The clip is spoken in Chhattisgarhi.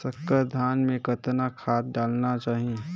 संकर धान मे कतना खाद डालना चाही?